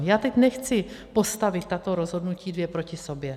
Já teď nechci postavit tato dvě rozhodnutí proti sobě.